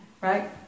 Right